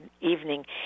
evening